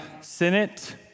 Senate